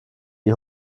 die